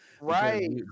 Right